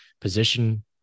position